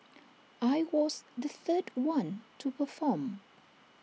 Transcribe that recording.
I was the third one to perform